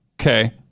Okay